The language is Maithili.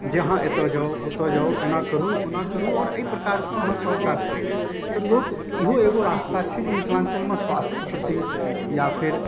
जे अहाँ एतौ जाउ ओतऽ जाउ एना करू ओना करू आओर अइ प्रकारसँ अहाँ सब काज करू तऽ लोक इहो एगो रास्ता छै जे मिथिलाञ्चलमे स्वास्थ्यके प्रति या फेर